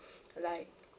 like